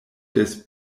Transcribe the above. des